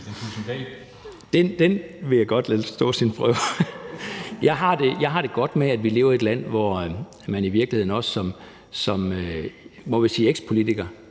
Det vil jeg godt lade stå sin prøve. Jeg har det godt med, at vi lever i et land, hvor man i virkeligheden også som ekspolitiker